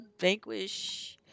vanquish